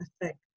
effect